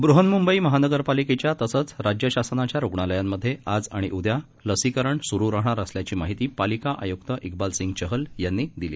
व्हन्मुंबई महानगर पालिकेच्या तसंच राज्य शासनाच्या रुग्णालयांमध्ये आज आणि उद्या लसीकरण सुरू राहणार असल्याची माहिती पालिका आयुक्त क्बाल सिंग चहल यांनी दिली